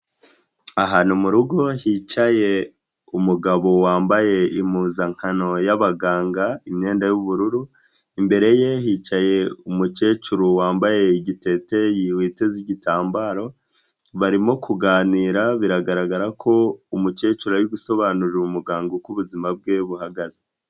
ahantu mu rugo hicaye umugabo wambaye impuzankano y'abaganga, imyenda y'ubururu, imbere ye hicaye umukecuru wambaye igiteteyi witeze igitambaro, barimo kuganira biragaragara ko umukecuru ari gusobanurira umuganga uko ubuzima bwe buhagaze.